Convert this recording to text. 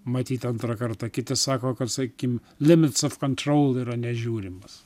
matyt antrą kartą kitą sako kad sakykim limits of kontroul yra nežiūrimas